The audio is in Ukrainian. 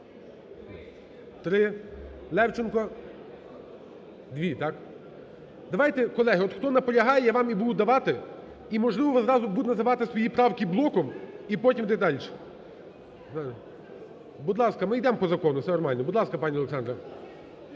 три. Левченко? Дві, так. Давайте, колеги, от хто наполягає, вам і буду давати, і можливо ви зразу будете називати свої правки блоком і потім йдемо дальше. (Шум у залі) Будь ласка, ми йдемо по закону, все нормально. Будь ласка, пані Олександра.